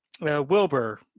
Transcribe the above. Wilbur